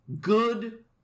good